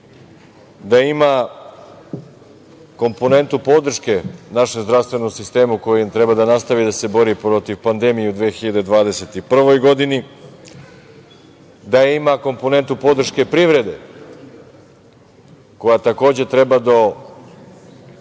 da ima komponentu podrške našem zdravstvenom sistemu kojim treba da nastavi da se bori protiv pandemije u 2021. godini, da ima komponentu podrške privrede, koja takođe treba da